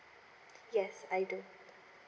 yes I do